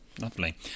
Lovely